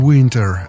Winter